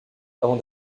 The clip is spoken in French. avant